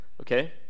Okay